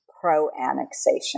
pro-annexation